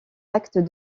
actes